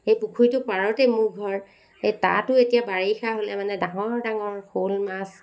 সেই পুখুৰীটো পাৰতে মোৰ ঘৰ সেই তাতো এতিয়া বাৰিষা হ'লে মানে ডাঙৰ ডাঙৰ শ'ল মাছ